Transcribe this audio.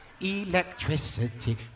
Electricity